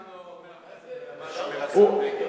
אני אף פעם לא מתנגד למה שאומר השר בגין.